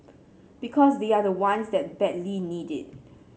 because they are the ones that badly need it